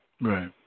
Right